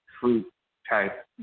fruit-type